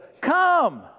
come